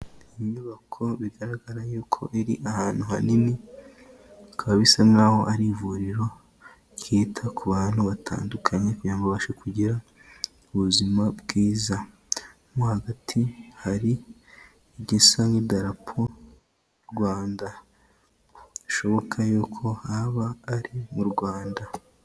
Inyubako bigaragara yuko iri ahantu hanini, bikaba bisa nk'aho ari ivuriro ryita ku bantu batandukanye kugirango abashe kugira ubuzima bwiza. Mo hagati harimo idarapo Rwanda, bishoboka y'uko haba ari mu Rwanda.